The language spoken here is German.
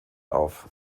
auf